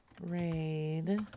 Raid